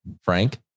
Frank